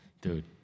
Dude